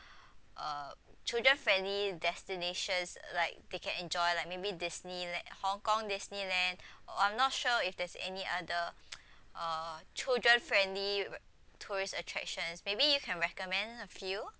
uh children friendly destinations like they can enjoy like maybe Disneyland Hong-Kong Disneyland I'm not sure if there's any other uh children friendly tourist attractions maybe you can recommend a few